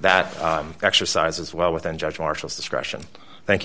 that exercise is well within judge marshall's discretion thank you